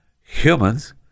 humans